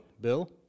Bill